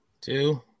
two